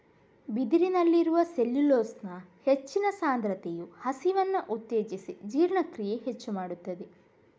ಬಿದಿರಿನಲ್ಲಿರುವ ಸೆಲ್ಯುಲೋಸ್ನ ಹೆಚ್ಚಿನ ಸಾಂದ್ರತೆಯು ಹಸಿವನ್ನ ಉತ್ತೇಜಿಸಿ ಜೀರ್ಣಕ್ರಿಯೆ ಹೆಚ್ಚು ಮಾಡ್ತದೆ